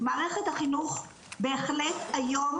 מערכת החינוך בהחלט היום